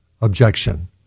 objection